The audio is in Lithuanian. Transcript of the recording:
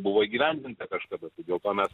buvo įgyvendinta kažkada dėl to mes